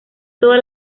toda